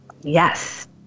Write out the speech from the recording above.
Yes